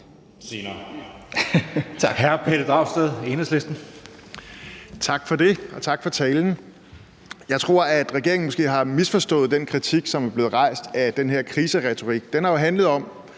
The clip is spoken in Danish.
Tak for det, og tak for talen. Jeg tror, at regeringen måske har misforstået den kritik, som er blevet rejst på baggrund af den her kriseretorik. Den har jo handlet om,